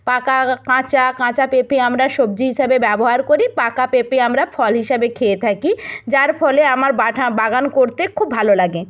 পাকা কাঁচা কাঁচা পেঁপে আমরা সবজি হিসাবে ব্যবহার করি পাকা পেঁপে আমরা ফল হিসাবে খেয়ে থাকি যার ফলে আমার বাঠা বাগান করতে খুব ভালো লাগে